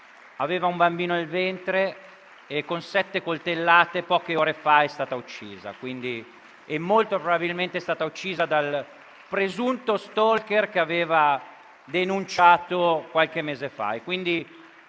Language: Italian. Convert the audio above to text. aveva un bambino nel ventre. Con sette coltellate poche ore fa è stata uccisa, molto probabilmente dal presunto *stalker* che aveva denunciato qualche mese fa.